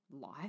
life